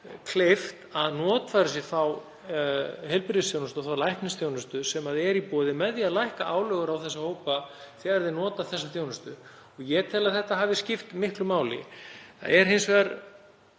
kleift að notfæra sér þá heilbrigðisþjónustu og þá læknisþjónustu sem er í boði með því að lækka álögur á þessa hópa þegar þeir nota þessa þjónustu. Ég tel að það hafi skipt miklu máli. Það er hins vegar